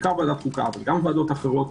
בעיקר חוקה וגם ועדות אחרות,